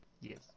Yes